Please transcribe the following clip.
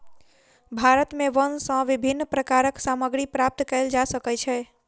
भारत में वन सॅ विभिन्न प्रकारक सामग्री प्राप्त कयल जा सकै छै